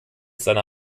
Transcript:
seiner